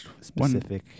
specific